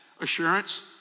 Assurance